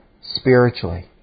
spiritually